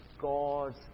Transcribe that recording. God's